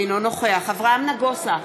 אינו נוכח אברהם נגוסה,